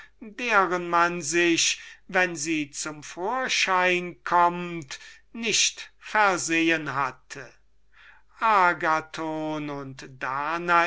deren man sich nicht versehen hatte wenn sie endlich zum vorschein kömmt agathon und